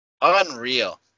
Unreal